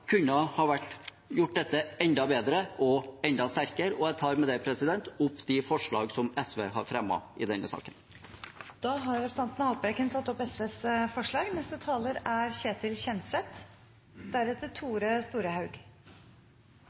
kunne ha gjort dette enda bedre og enda sterkere. Jeg tar med det opp de forslag som SV har fremmet i denne saken. Representanten Lars Haltbrekken har tatt opp de forslagene han refererte til. Å gjøre det bedre er